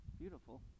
beautiful